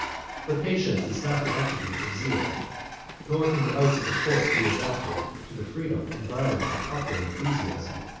but patience is not the attribute of zeal nor can the arts of a court be adapted to the freedom and violence of popular enthusiasm.